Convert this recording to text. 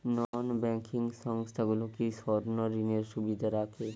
নন banking সংস্থাগুলো কি স্বর্ণঋণের সুবিধা রাখে?